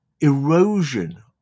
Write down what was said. erosion